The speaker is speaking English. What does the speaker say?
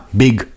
big